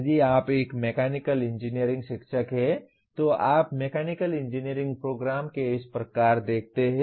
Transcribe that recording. यदि आप एक मैकेनिकल इंजीनियरिंग शिक्षक हैं तो आप मैकेनिकल इंजीनियरिंग प्रोग्राम को इस प्रकार देखते हैं